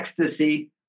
ecstasy